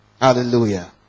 Hallelujah